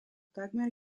takmer